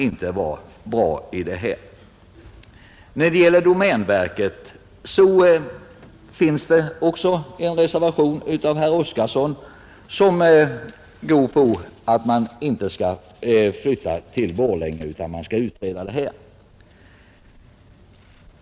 I fråga om domänverket finns det också en reservation av herr Oskarson som går ut på att domänverket inte skall flyttas till Borlänge utan att frågan skall utredas ytterligare.